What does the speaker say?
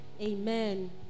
Amen